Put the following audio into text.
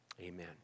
amen